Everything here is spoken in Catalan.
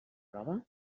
prova